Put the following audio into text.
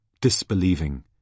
disbelieving